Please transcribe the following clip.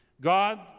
God